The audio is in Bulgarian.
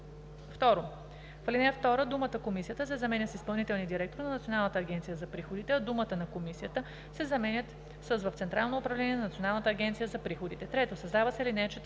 2“. 2. В ал. 2 думата „Комисията“ се заменя с „изпълнителния директор на Националната агенция за приходите“, а думите „на Комисията“ се заменят с „в Централно управление на Националната агенция за приходите“. 3. Създава се ал. 4: